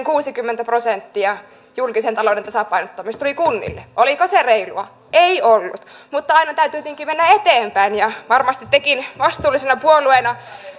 kuusikymmentä prosenttia julkisen talouden tasapainottamisesta tuli kunnille oliko se reilua ei ollut mutta aina täytyykin mennä eteenpäin ja varmasti tekin vastuullisena puolueena